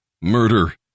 murder